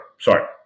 sorry